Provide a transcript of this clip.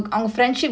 mm